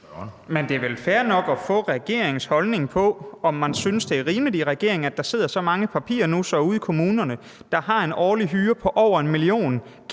Men det er vel fair nok at få regeringens holdning til, om man synes, det er rimeligt i regeringen, at der sidder så mange papirnussere ude i kommunerne, der har en årlig hyre på over 1 mio.